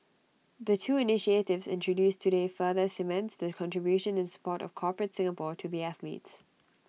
the two initiatives introduced today further cements the contribution and support of corporate Singapore to the athletes